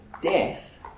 death